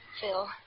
Phil